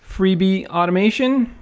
freebie automation,